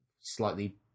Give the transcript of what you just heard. slightly